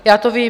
Já to vím.